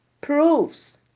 proves